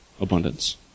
abundance